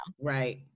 Right